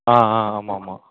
ஆ ஆ ஆமாம் ஆமாம்